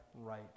right